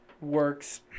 works